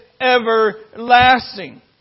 everlasting